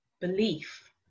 belief